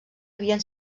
havien